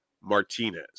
Martinez